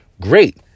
great